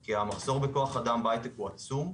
כי המחסור בכוח אדם בהייטק הוא עצום,